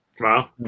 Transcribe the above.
Wow